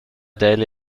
daily